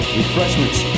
refreshments